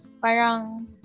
Parang